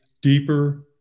deeper